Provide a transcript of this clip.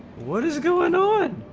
what is going on